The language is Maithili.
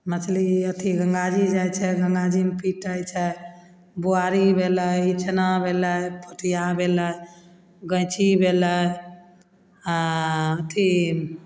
मछली अथी गंगा जी जाइ छै गंगा जीमे पीटय छै बोआरी भेलय इचना भेलय पोठिया भेलय गैञ्ची भेलय आओर अथी